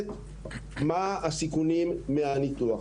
ליולדת מה עלולים להיות הסיכונים מהניתוח.